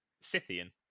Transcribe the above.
Scythian